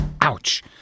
Ouch